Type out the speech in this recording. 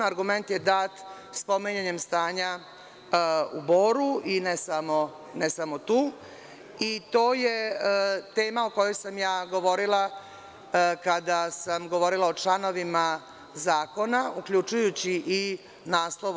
Argument je dat spominjanjem stanja u Boru i ne samo tu i to je tema o kojoj sam govorila kada sam govorila o članovima zakona uključujući i naslov.